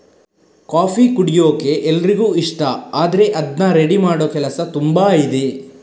coffee ಕುಡಿಯೋಕೆ ಎಲ್ರಿಗೂ ಇಷ್ಟ ಆದ್ರೆ ಅದ್ನ ರೆಡಿ ಮಾಡೋ ಕೆಲಸ ತುಂಬಾ ಇದೆ